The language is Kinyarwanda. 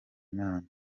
imana